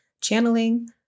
channeling